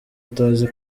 utazi